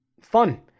fun